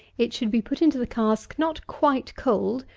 it should be put into the cask, not quite cold,